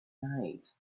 night